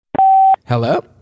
Hello